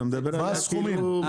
מה הסכומים?